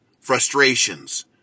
frustrations